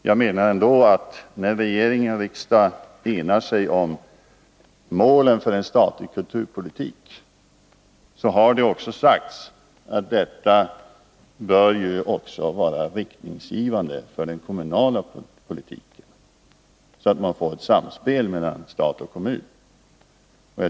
Jag menar ändå att när regering och riksdag enar sig om målen för en statlig kulturpolitik, så bör detta — vilket också har sagts — vara riktningsgivande också för den kommunala politiken, så att man får ett samspel mellan stat och kommun.